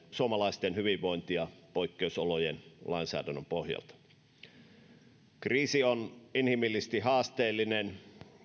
suomalaisten hyvinvointia poikkeusolojen lainsäädännön pohjalta kriisi on inhimillisesti haasteellinen